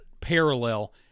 parallel